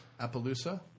appaloosa